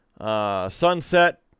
Sunset